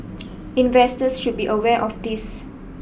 investors should be aware of this